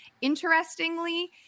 Interestingly